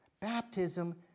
baptism